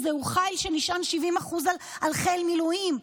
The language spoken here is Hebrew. זהו חיל שנשען 70% על חיל מילואים.